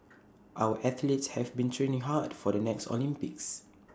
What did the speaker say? our athletes have been training hard for the next Olympics